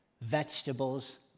vegetables